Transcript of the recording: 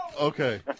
Okay